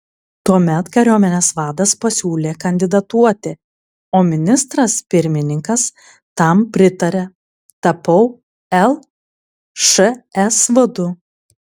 tuomet kariuomenės vadas pasiūlė kandidatuoti o ministras pirmininkas tam pritarė tapau lšs vadu